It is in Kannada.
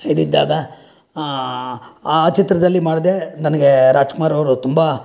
ಇದ್ದಿದ್ದಾಗ ಆ ಚಿತ್ರದಲ್ಲಿ ಮಾಡಿದೆ ನನಗೆ ರಾಜ್ಕುಮಾರ್ ಅವರು ತುಂಬ